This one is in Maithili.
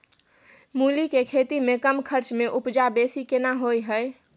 मूली के खेती में कम खर्च में उपजा बेसी केना होय है?